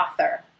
author